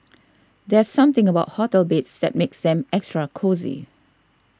there's something about hotel beds that makes them extra cosy